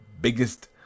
biggest